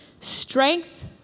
strength